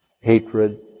hatred